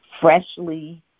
freshly